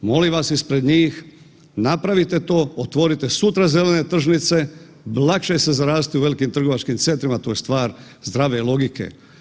Molim vas ispred njih napravite to, otvorite sutra zelene tržnice, lakše se zaraziti u velikim trgovačkim centrima, to je stvar zdrave logike.